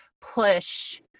push